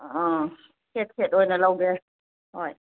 ꯑꯪ set set ꯑꯣꯏꯅ ꯂꯧꯒꯦ ꯍꯣꯏ